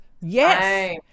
yes